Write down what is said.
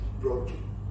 broken